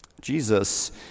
Jesus